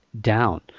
down